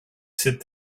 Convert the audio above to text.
sit